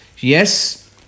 Yes